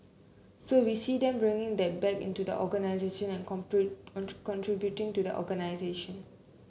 so we see them bringing that back into the organisation and and contributing to the organisation